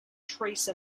trace